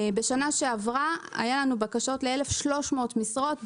בשנה שעברה, היו לנו בקשות ל-1,300 משרות.